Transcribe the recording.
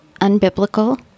unbiblical